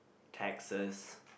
Texas